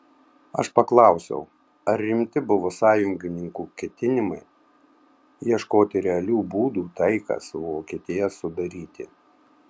aš paklausiau ar rimti buvo sąjungininkų ketinimai ieškoti realių būdų taiką su vokietija sudaryti